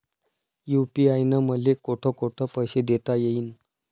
UPI न मले कोठ कोठ पैसे देता येईन?